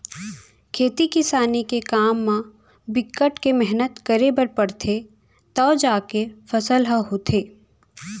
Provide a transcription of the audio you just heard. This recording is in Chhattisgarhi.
खेती किसानी के काम म बिकट के मेहनत करे बर परथे तव जाके फसल ह होथे